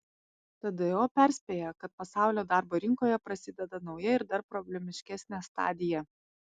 tdo perspėja kad pasaulio darbo rinkoje prasideda nauja ir dar problemiškesnė stadija